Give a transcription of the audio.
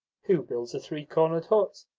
who builds a three-cornered hut?